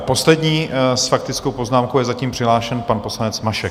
Poslední s faktickou poznámkou je zatím přihlášen pan poslanec Mašek.